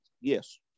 yes